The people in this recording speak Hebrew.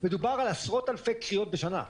שמדובר על עשרות אלפי קריאות בשנה.